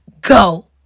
go